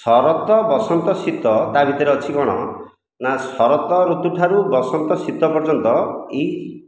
ଶରତ ବସନ୍ତ ଶୀତ ତା ଭିତରେ ଅଛି କ'ଣ ନା ଶରତ ଋତୁ ଠାରୁ ବସନ୍ତ ଶୀତ ପର୍ଯ୍ୟନ୍ତ ଏହି